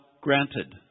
granted